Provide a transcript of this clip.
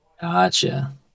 gotcha